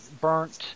burnt